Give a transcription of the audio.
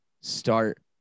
start